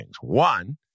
One